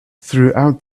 throughout